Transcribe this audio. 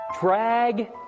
Drag